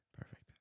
Perfect